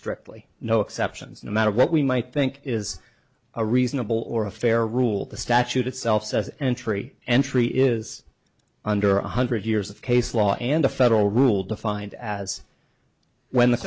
strictly no exceptions no matter what we might think is a reasonable or a fair rule the statute itself says entry entry is under one hundred years of case law and a federal rule defined as when the